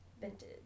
Vintage